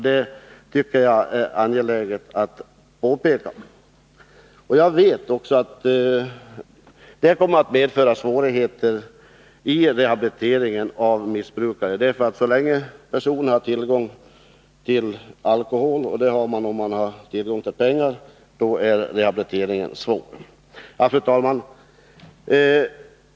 Det tycker jag att det är angeläget att påpeka. Så länge som personerna har tillgång till alkohol, och det har de om de har tillgång till pengar, blir rehabiliteringen av missbrukarna svårare. Fru talman!